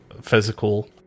physical